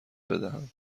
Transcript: بدهم